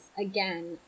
again